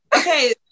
Okay